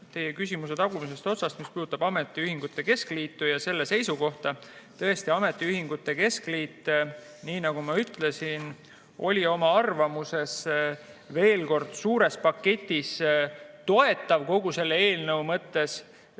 teie küsimuse tagumisest otsast, mis puudutab ametiühingute keskliitu ja selle seisukohta. Tõesti, ametiühingute keskliit, nii nagu ma ütlesin, oli oma arvamuses, veel kord, suures paketis toetav kogu selle eelnõu suhtes.